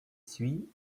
suit